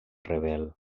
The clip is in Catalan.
rebel